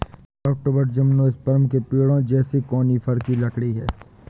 softwood gymnosperm के पेड़ों जैसे कॉनिफ़र की लकड़ी है